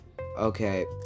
Okay